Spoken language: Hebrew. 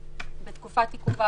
בתקופת עיכוב ההליכים,